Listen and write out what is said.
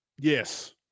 Yes